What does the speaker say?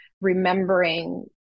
remembering